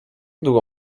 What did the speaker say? długo